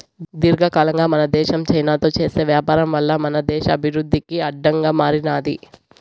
దీర్ఘకాలంగా మన దేశం చైనాతో చేసే వ్యాపారం వల్ల మన దేశ అభివృద్ధికి అడ్డంగా మారినాది